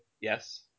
Yes